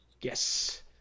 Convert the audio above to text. Yes